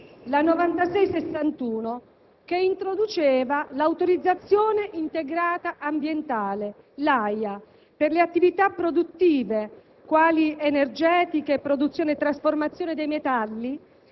Europea, che introduceva l'autorizzazione integrata ambientale (AIA) per attività produttive quali: quelle energetiche, produzione e trasformazione dei metalli,